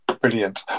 Brilliant